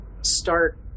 start